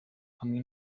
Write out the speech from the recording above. hamwe